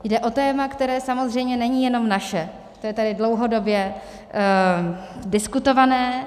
Jde o téma, které samozřejmě není jenom naše, je tady dlouhodobě diskutované.